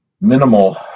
minimal